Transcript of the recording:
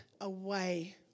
away